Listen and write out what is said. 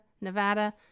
Nevada